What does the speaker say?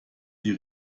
die